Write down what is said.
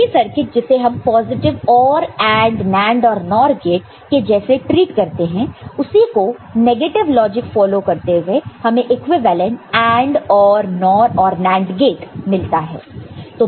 वही सर्किट जिसे हम पॉजिटिव OR AND NAND और NOR गेट के जैसे ट्रीट कर सकते हैं उसी को नेगेटिव लॉजिक फॉलो करते हुए हमें इक्विवेलेंट AND OR NOR और NAND गेट मिलता है